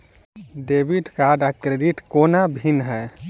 Debit card आ credit कोना भिन्न है?